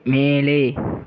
மேலே